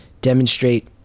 demonstrate